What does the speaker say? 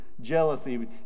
jealousy